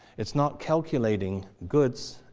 it's not calculating goods,